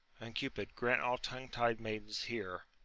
and cupid grant all tongue-tied maidens here,